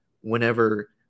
whenever